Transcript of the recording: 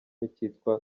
icyitwa